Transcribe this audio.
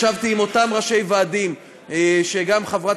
ישבתי עם אותם ראשי ועדים שגם חברת